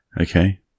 Okay